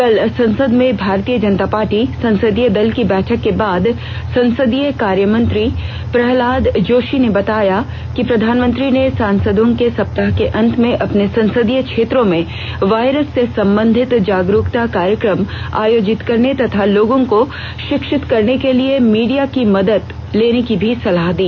कल संसद में भारतीय जनता पार्टी संसदीय दल की बैठक के बाद संसदीय कार्यमंत्री प्रल्हाद जोशी ने बताया कि प्रधानमंत्री ने सांसदों से सप्ताह के अंत में अपने संसदीय क्षेत्रों में वायरस से संबंधित जागरूकता कार्यक्रम आयोजित करने तथा लोगों को शिक्षित करने के लिए मीडिया की मदद लेने की भी सलाह दी